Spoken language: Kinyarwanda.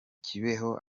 kibeho